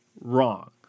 wrong